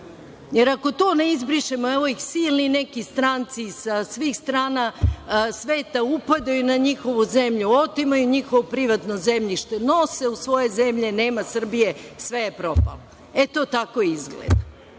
jer ako to ne izbrišemo, evo ih silni neki stranci sa svih strana sveta upadaju na njihovu zemlju, otimaju njihovo privatno zemljište, nose u svoje zemlje, nema Srbije, sve je propalo. E, to tako izgleda. Daću